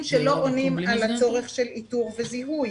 שלא עונים על הצורך של איתור וזיהוי.